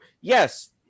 Yes